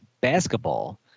basketball